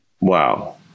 Wow